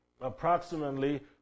approximately